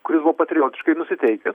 kuris buvo patriotiškai nusiteikęs